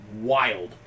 wild